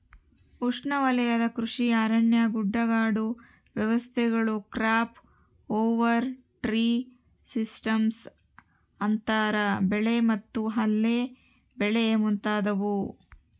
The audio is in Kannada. ಉಷ್ಣವಲಯದ ಕೃಷಿ ಅರಣ್ಯ ಗುಡ್ಡಗಾಡು ವ್ಯವಸ್ಥೆಗಳು ಕ್ರಾಪ್ ಓವರ್ ಟ್ರೀ ಸಿಸ್ಟಮ್ಸ್ ಅಂತರ ಬೆಳೆ ಮತ್ತು ಅಲ್ಲೆ ಬೆಳೆ ಮುಂತಾದವು